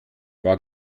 war